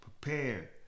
Prepare